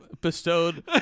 bestowed